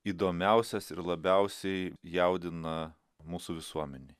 įdomiausias ir labiausiai jaudina mūsų visuomenėj